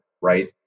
Right